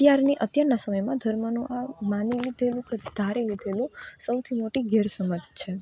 અત્યારની અત્યારના સમયમાં ધર્મનું આ માની લીધેલું કે ધારી લીધેલું સૌથી મોટી ગેરસમજ છે